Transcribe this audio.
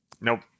Nope